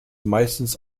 meistens